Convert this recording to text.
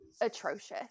atrocious